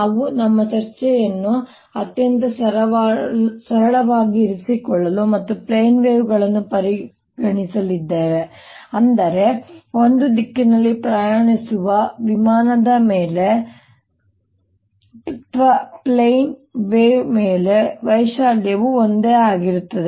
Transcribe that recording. ನಾವು ನಮ್ಮ ಚರ್ಚೆಯನ್ನು ಅತ್ಯಂತ ಸರಳವಾಗಿ ಇರಿಸಿಕೊಳ್ಳಲು ಮತ್ತು ಪ್ಲೇನ್ ವೇವ್ ಗಳನ್ನು ಪರಿಗಣಿಸಲಿದ್ದೇವೆ ಅಂದರೆ ಒಂದು ದಿಕ್ಕಿನಲ್ಲಿ ಪ್ರಯಾಣಿಸುವ ಪ್ಲೇನ್ ವೇವ್ ಗಳ ಮೇಲೆ ವೈಶಾಲ್ಯವು ಒಂದೇ ಆಗಿರುತ್ತದೆ